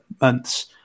months